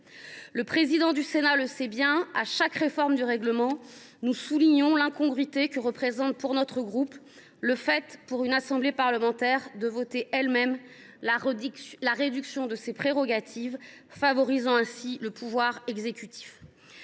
Le président du Sénat le sait bien, à chaque réforme du règlement, notre groupe souligne l’incongruité que représente le fait, pour une assemblée parlementaire, de voter elle même la réduction de ses prérogatives, ce qui favorise ainsi le pouvoir exécutif.